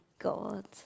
God